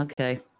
Okay